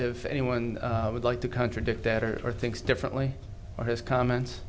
if anyone would like to contradict that or are thinks differently on his comments